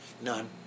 None